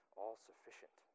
all-sufficient